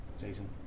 Jason